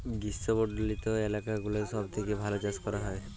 গ্রীস্মমন্ডলিত এলাকা গুলাতে সব থেক্যে ভাল চাস ক্যরা হ্যয়